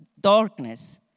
darkness